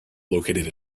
located